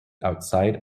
outside